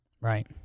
Right